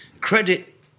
credit